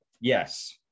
Yes